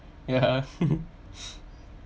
ya